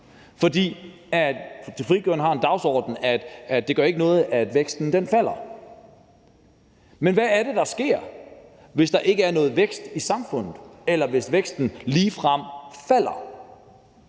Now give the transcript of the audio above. For Frie Grønne har den dagsorden, at det ikke gør noget, at væksten falder. Men hvad er det, der sker, hvis der ikke er noget vækst i samfundet, eller hvis væksten ligefrem falder?